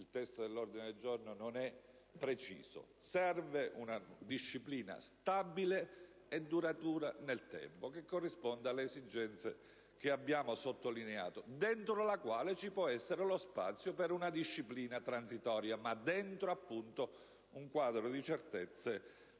il testo dell'ordine del giorno non è preciso. Serve una disciplina stabile e duratura nel tempo, che corrisponda alle esigenze che abbiamo sottolineato e dentro la quale ci può essere lo spazio per una disciplina transitoria, ma all'interno di un quadro di certezze